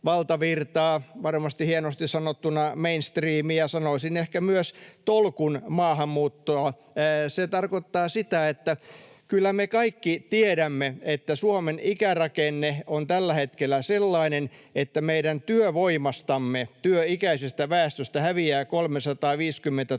varmasti, hienosti sanottuna mainstreamiä, ja, sanoisin ehkä myös, tolkun maahanmuuttoa. Se tarkoittaa sitä, että kyllä me kaikki tiedämme, että Suomen ikärakenne on tällä hetkellä sellainen, että meidän työvoimastamme, työikäisestä väestöstä, häviää 350 000